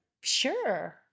sure